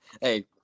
Hey